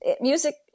Music